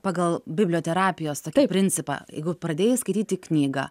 pagal biblioterapijos principą jeigu pradėjai skaityti knygą